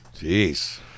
Jeez